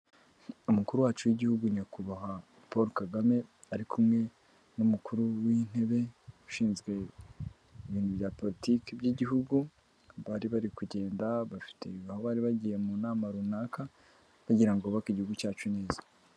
Umukuru wacu w'igihugu nyakubahwa Paul Kagame ari kumwe n'umukuru w'intebe ushinzwe ibintu bya politiki by'igihugu, bari bari kugenda bafite aho bari bagiye mu nama runaka ba bagira ngo bubake igihugu cyacu neza.